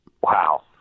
Wow